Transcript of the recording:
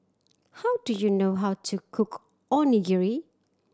how do you know how to cook Onigiri